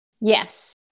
Yes